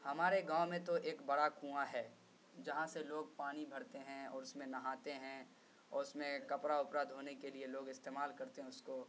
ہمارے گاؤں میں تو ایک برا کنواں ہے جہاں سے لوگ پانی بھرتے ہیں اور اس میں نہاتے ہیں اور اس میں کپڑا اپڑا دھونے کے لیے لوگ استعمال کرتے ہیں اس کو